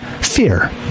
fear